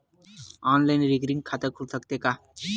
Online recurring खाता खुल सकथे का?